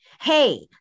Hey